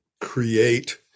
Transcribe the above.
create